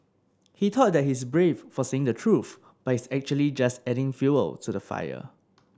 he thought that he's brave for saying the truth but he's actually just adding fuel to the fire